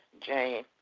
Jane